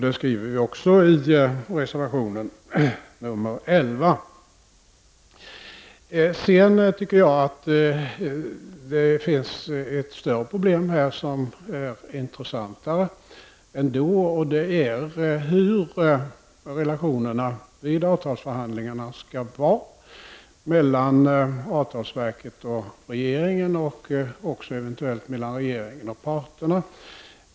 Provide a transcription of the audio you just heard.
Detta framför vi i reservation 11. Det finns ett större problem i dessa sammanhang som är intressantare, nämligen hur relationerna i avtalsförhandlingarna skall vara mellan avtalsverket och regeringen och eventuellt även mellan regeringen och parterna.